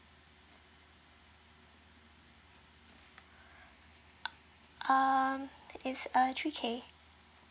um it's uh three K